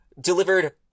delivered